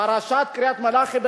פרשת קריית-מלאכי,